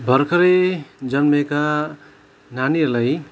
भर्खरै जन्मेका नानीहरूलाई